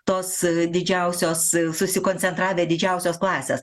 tos didžiausios susikoncentravę didžiausios klasės